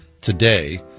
today